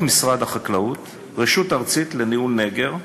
משרד החקלאות רשות ארצית לניהול נגר.